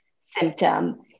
symptom